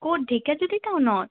ক'ত ঢেকীয়াজুলি টাউনত